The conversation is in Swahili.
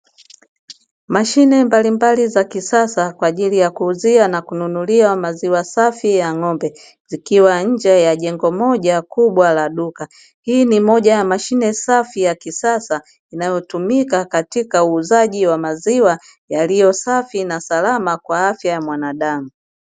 Mashine mbalimbali za kisasa kwaajili ya kuuzia na kununulia maziwa safi ya ng'ombe zikiwa nje ya jengo moja kubwa la duka, hii ni moja ya mashine safi ya kisasa inayotumika katika uuzaji wa m aziwa yaliyo safi na salama kwa afya ya mwanadamu.